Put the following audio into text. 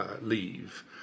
leave